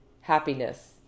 happiness